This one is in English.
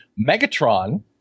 Megatron